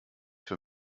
für